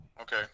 okay